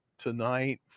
tonight